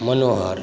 मनोहर